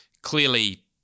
clearly